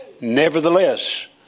Nevertheless